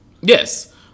Yes